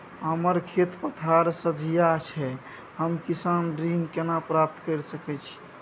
हमर खेत पथार सझिया छै हम किसान ऋण केना प्राप्त के सकै छी?